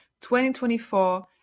2024